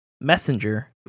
messenger